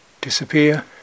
disappear